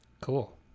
Cool